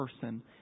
person